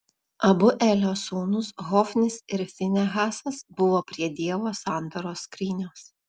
abu elio sūnūs hofnis ir finehasas buvo prie dievo sandoros skrynios